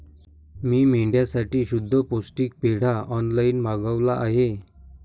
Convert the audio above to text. मी मेंढ्यांसाठी शुद्ध पौष्टिक पेंढा ऑनलाईन मागवला आहे